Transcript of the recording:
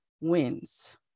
wins